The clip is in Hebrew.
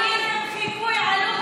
הייתם חיקוי עלוב,